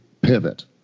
pivot